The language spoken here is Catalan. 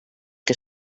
que